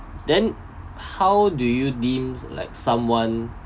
then how do you deems like someone